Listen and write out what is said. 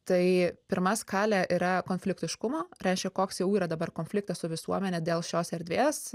tai pirma skalė yra konfliktiškumo reiškia koks jau yra dabar konfliktas su visuomene dėl šios erdvės